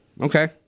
Okay